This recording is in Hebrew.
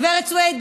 גברת סויד,